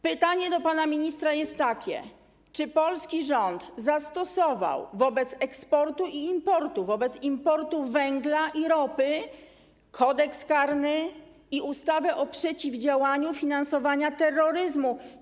Pytanie do pana ministra jest takie: Czy polski rząd zastosował wobec eksportu i importu, wobec importu węgla i ropy Kodeks karny i ustawę o przeciwdziałaniu finansowania terroryzmu?